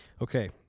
Okay